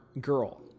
girl